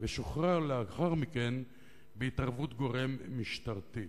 ושוחרר לאחר מכן בהתערבות גורם משטרתי,